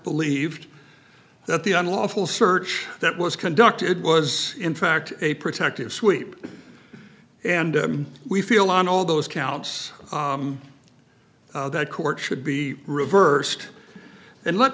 believed that the unlawful search that was conducted was in fact a protective sweep and we feel on all those counts that court should be reversed and let